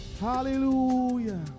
Hallelujah